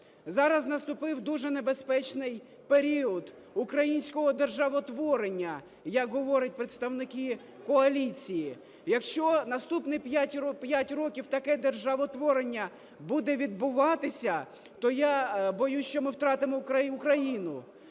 Зараз наступив дуже небезпечний період українського державотворення, як говорять представники коаліції. Якщо наступні п'ять років таке державотворення буде відбуватися, то я боюся, що ми втратимо Україну.